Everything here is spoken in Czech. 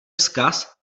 vzkaz